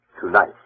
tonight